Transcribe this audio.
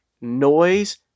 noise